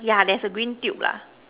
yeah there's a green tube lah